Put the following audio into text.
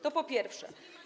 To po pierwsze.